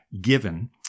given